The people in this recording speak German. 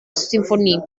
sinfonie